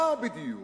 מה בדיוק?